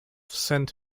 sent